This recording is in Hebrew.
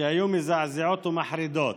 שהיו מזעזעות ומחרידות,